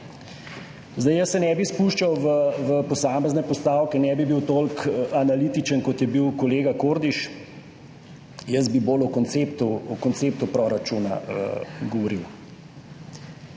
Ne bi se spuščal v posamezne postavke, ne bi bil toliko analitičen, kot je bil kolega Kordiš, bi bolj o konceptu proračuna govoril.